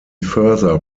further